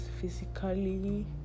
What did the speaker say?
physically